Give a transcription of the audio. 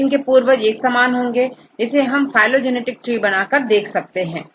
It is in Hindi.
तो इनके पूर्वज एक समान होंगे इसे हम फाइलो जेनेटिक ट्री बनाकर देख सकते हैं